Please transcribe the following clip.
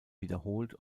wiederholt